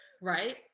Right